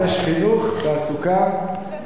יש חינוך, תעסוקה, בסדר.